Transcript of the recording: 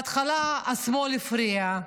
בהתחלה השמאל הפריע,